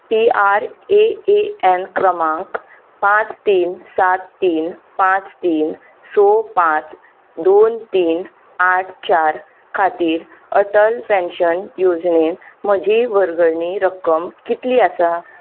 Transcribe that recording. P R A A N क्रमांक पांच तीन सात तीन पांच तीन स पांच दोन तीन आठ चार खातीर अटल पॅन्शन येवजणेन म्हजी वर्गणी रक्कम कितली आसा